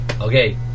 Okay